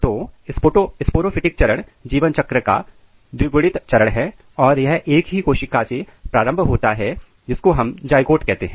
तो स्पोरोफिटिक चरण जीवन चक्र का द्विगुणित चरण है और यह एक ही कोशिका से प्रारंभ होता है जिसको हम जाएगोट कहते हैं